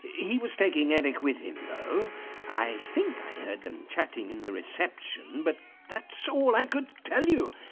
he was taking eric with him, though i think i heard them chatting in the reception, but that's all i could tell you.